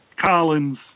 Collins